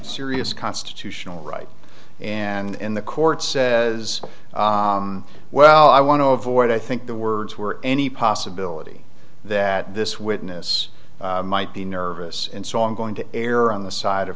serious constitutional right and the court says well i want to avoid i think the words were any possibility that this witness might be nervous and so i'm going to err on the side of